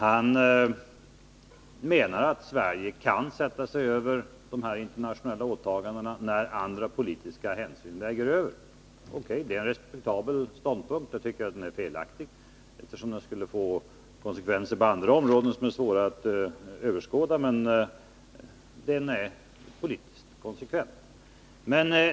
Han menar att Sverige kan sätta sig över de internationella åtagandena, då andra politiska hänsyn väger tyngre. O.K., det är en respektabel ståndpunkt. Jag tycker att den är felaktig, eftersom den på andra områden skulle få konsekvenser som är svåra att överblicka, men det är politiskt konsekvent.